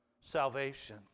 salvation